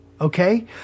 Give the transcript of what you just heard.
Okay